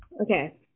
Okay